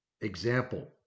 Example